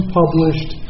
published